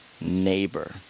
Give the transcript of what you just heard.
neighbor